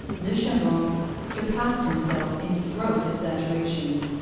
du chambon surpassed himself in gross exaggerations.